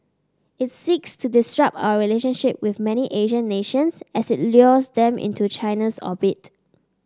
it seeks to disrupt our relationships with many Asian nations as it lures them into China's orbit